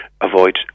avoid